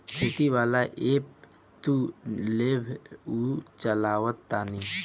खेती वाला ऐप तू लेबऽ उहे चलावऽ तानी